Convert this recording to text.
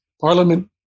parliament